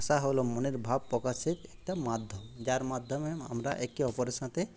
ভাষা হল মনের ভাব প্রকাশের একটা মাধ্যম যার মাধ্যমে আমরা একে অপরের সাথে